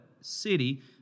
city